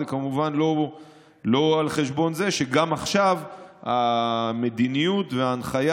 זה כמובן לא על חשבון זה שגם עכשיו המדיניות וההנחיה